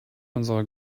unserer